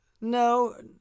No